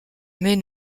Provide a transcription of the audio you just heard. mais